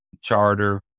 Charter